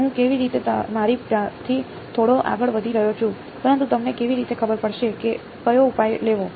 હું કેવી રીતે મારી જાતથી થોડો આગળ વધી રહ્યો છું પરંતુ તમને કેવી રીતે ખબર પડશે કે કયો ઉપાય લેવો